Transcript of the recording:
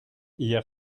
hier